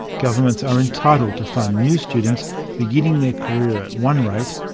governments are entitled to fund new students beginning their career at one rate,